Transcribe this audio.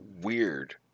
weird